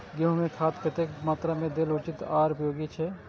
गेंहू में खाद कतेक कतेक मात्रा में देल उचित आर उपयोगी छै?